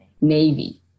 navy